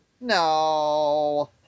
no